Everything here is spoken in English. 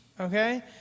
Okay